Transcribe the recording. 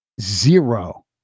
zero